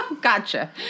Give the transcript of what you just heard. Gotcha